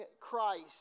Christ